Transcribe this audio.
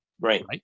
Right